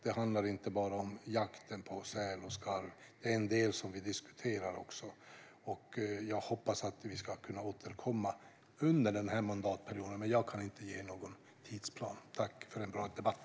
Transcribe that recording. Det handlar inte bara om jakten på säl och skarv, som är en del som vi diskuterar. Jag hoppas kunna återkomma under den här mandatperioden, men jag kan inte ge någon tidsplan. Tack för en bra debatt!